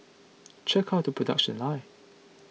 check out the production lines